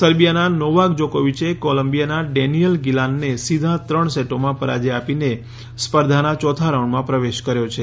સર્બિયાના Novak જોકોવીચે કોલંબિયાના Daniel ગીલાનને સીધા ત્રણ સેટોમાં પરાજય આપીને સ્પર્ધાના ચોથા રાઉન્ડમાં પ્રવેશ કર્યો છે